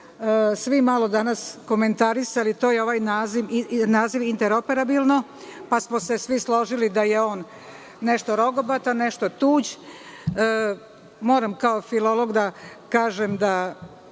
svi malo danas komentarisali, to je ovaj naziv interoperabilno, pa smo se svi složili da je on nešto rogobatan, nešto tuđ. Moram kao filolog da kažem da